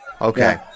Okay